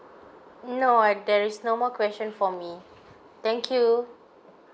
no I there's no more question for me thank you